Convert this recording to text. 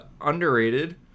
underrated